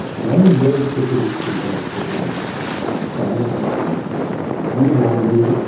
one very specific free radical is an excited oxygen atom unavoidable,